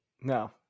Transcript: No